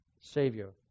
Savior